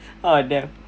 oh damn